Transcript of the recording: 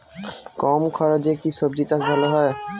কম খরচে কি সবজি চাষ ভালো হয়?